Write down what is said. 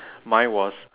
mine was